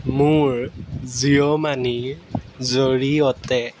মোৰ জিঅ' মানিৰ জৰিয়তে